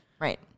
Right